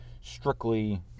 strictly